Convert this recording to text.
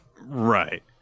Right